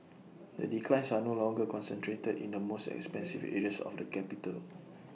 the declines are no longer concentrated in the most expensive areas of the capital